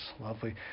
lovely